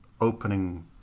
opening